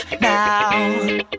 Now